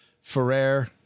Ferrer